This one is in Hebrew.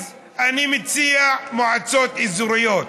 אז אני מציע מועצות אזוריות,